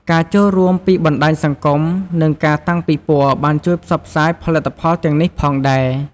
ការចូលរួមពីបណ្ដាញសង្គម និងការតាំងពិព័រណ៍បានជួយផ្សព្វផ្សាយផលិតផលទាំងនេះផងដែរ។